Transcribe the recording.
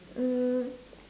uh